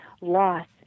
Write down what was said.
loss